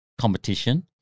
competition